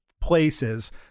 places